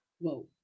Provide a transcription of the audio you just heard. Whoa